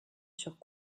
sur